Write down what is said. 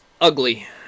ugly